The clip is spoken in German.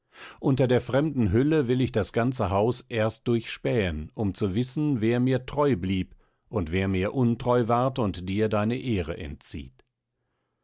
unter der fremden hülle will ich das ganze haus erst durchspähen um zu wissen wer mir treu blieb und wer mir untreu ward und dir deine ehre entzieht